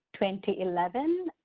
2011